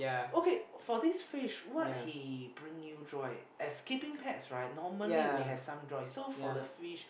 okay for this fish what he bring you joy as keeping pets right normally we have some joy so for the fish